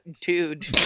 Dude